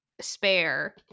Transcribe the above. spare